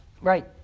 Right